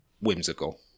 whimsical